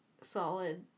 solid